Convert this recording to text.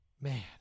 Man